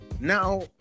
now